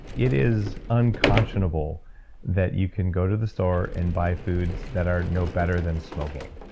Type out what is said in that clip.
it is unconscionable that you can go to the store and buy foods that are no better than smoking.